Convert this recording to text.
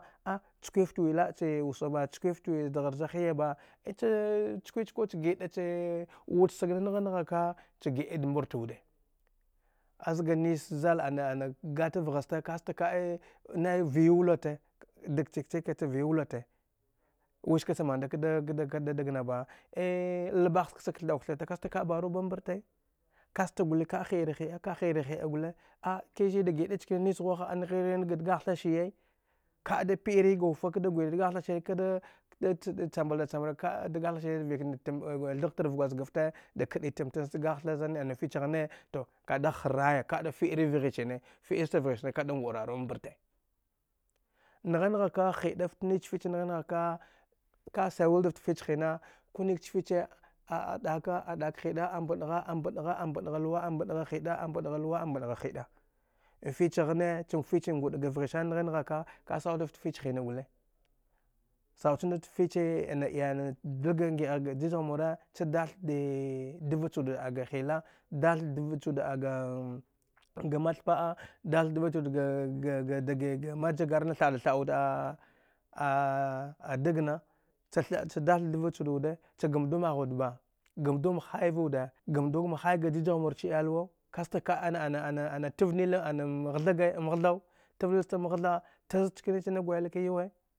A chkwifta wi la’ae chee wusa b chkwifta wi zdghar zha a hiya ba iccha ckwe chkwa cha giva che wud sag na gha nghaka cha giɗa da mbata wuɗe az ga nis zazal ana ana gata vgha ste kosta ka nai vi wula te dag chik chickike cha vi wulate wiske cha manda ka kada dag na ba labah ski cha kath dau kthate kasta ka’a baru ban mbante kasta gui ka’a hi’ara hi’a kara hi’ara hia guke a kiziya da giɗa nchka ni nis ghwa ha anghine ga dgahtha shiye ka’a da pi’ari ga wufa kada gwi dgah da shir kda chambal da cha mbala ka’a dgah tha shor va ik nada thagh traf gwajgafte de kaɗitamta cha dgah tha zane ana fichagh ne tu ka’a a hraya ka’a da fiari vghichane fi’ista ughi chane ka’a da ngu rarun mbarfe ngha-nghaka hiɗafta nich dich hina kunik cha fiche a zaka a dak hida ambagha ambadgha ambaɗgha luwa ambaɗgha hida ambaɗ gha luwa ambaɗgha hida mfichagh ne cham fich ngud ga vghi sana ngha nghaka kawau dafta fichee dai gi ngi’a gh ga jijagh mure cha dath dee dva chude ga ga dgee ga majagan na tha’a da tha’a wud ga a dagna cha tha’a cha dath dva chud wude cha gamdu mayha wud ba gamdu mahaiva wude gamdu mation ga jijagh mut cha iyalwa kosta ka’a an a tav nil anam ghathagi mghathaw tav nii nasta mmghatha taz chkani zan gwill ka yuwe.